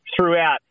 throughout